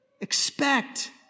expect